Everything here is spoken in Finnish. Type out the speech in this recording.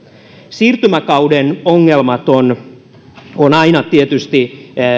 siirtymäkauden ongelmat ovat aina tietysti